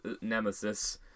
nemesis